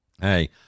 Hey